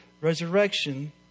resurrection